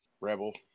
rebel